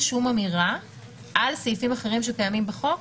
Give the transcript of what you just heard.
שום אמירה על סעיפים אחרים שקיימים בחוק?